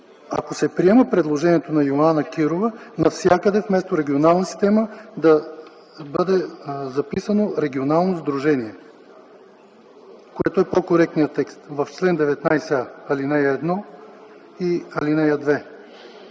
Ако се приеме предложението на Йоана Кирова, навсякъде вместо „регионална система” да бъде записано „регионално сдружение”, което е по-коректния текст. В чл. 19а, ал. 1 и ал. 2